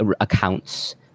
accounts